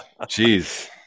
Jeez